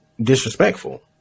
disrespectful